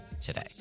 today